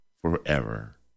forever